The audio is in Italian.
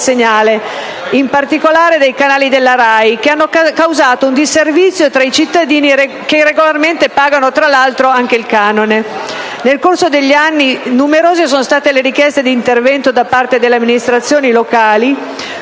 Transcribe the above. in particolare dei canali della RAI, che hanno causato un disservizio ai cittadini, che tra l'altro pagano regolarmente il canone. Nel corso degli anni, numerose sono state le richieste di intervento da parte delle amministrazioni locali,